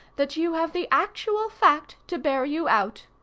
that you have the actual fact to bear you out.